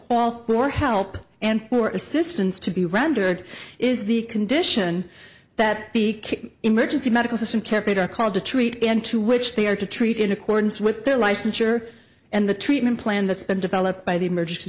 call for help and more assistance to be rendered is the condition that the king emergency medical system kemper called to treat and to which they are to treat in accordance with their licensure and the treatment plan that's been developed by the emergency